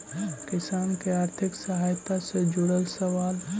किसान के आर्थिक सहायता से जुड़ल सवाल?